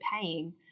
paying